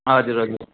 हजुर हजुर